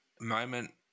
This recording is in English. moment